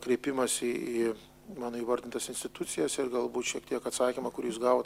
kreipimąsi į mano įvardintas institucijas ir galbūt šiek tiek atsakymą kurį jūs gavot